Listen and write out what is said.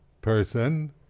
person